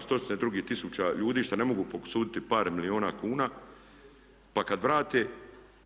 stotine drugih tisuća ljudi što ne mogu posuditi par milijuna kuna pa kada vrate.